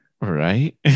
right